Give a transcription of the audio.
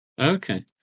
Okay